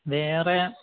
വേറെ